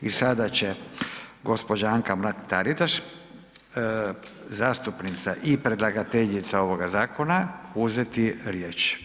I sada će gospođa Anka Mrak Taritaš zastupnica i predlagateljica ovoga zakona uzeti riječ.